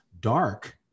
dark